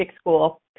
school